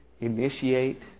initiate